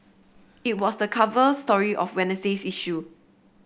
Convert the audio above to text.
it was the cover story of Wednesday's issue